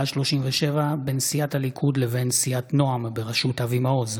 השלושים-ושבע בין סיעת הליכוד לבין סיעת עוצמה יהודית בראשות איתמר בן גביר,